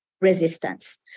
resistance